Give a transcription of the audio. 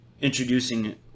introducing